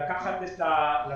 כל